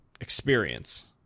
experience